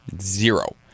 Zero